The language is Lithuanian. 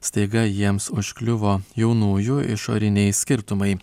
staiga jiems užkliuvo jaunųjų išoriniai skirtumai